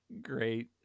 great